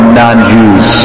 non-Jews